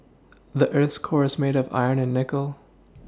the earth's core is made of iron and nickel